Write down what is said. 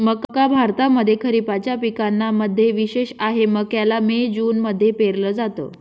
मक्का भारतामध्ये खरिपाच्या पिकांना मध्ये विशेष आहे, मक्याला मे जून मध्ये पेरल जात